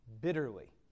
bitterly